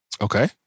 Okay